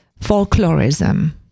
folklorism